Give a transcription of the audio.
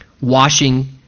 washing